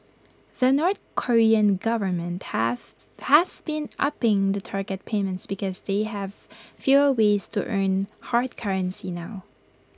the north Korean government have has been upping the target payments because they have fewer ways to earn hard currency now